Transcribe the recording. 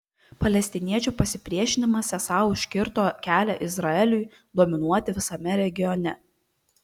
palestiniečių pasipriešinimas esą užkirto kelią izraeliui dominuoti visame regione